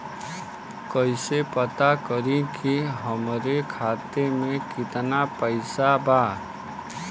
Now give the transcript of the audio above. कइसे पता करि कि हमरे खाता मे कितना पैसा बा?